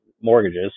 mortgages